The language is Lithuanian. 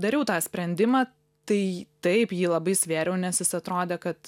dariau tą sprendimą tai taip jį labai svėriau nes jis atrodė kad